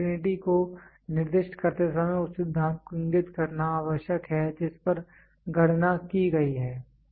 uncertainty को निर्दिष्ट करते समय उस सिद्धांत को इंगित करना आवश्यक है जिस पर गणना की गई है